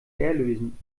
lösen